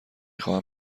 خواهم